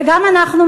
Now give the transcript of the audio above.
וגם אנחנו,